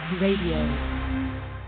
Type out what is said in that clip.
RADIO